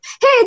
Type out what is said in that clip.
hey